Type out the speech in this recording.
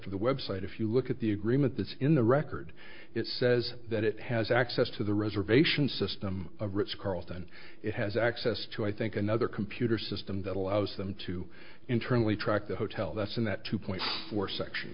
contract the website if you look at the agreement that's in the record it says that it has access to the reservation system of ritz carlton it has access to i think another computer system that allows them to internally track the hotel that's in that two point four section